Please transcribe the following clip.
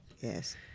Yes